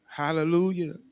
Hallelujah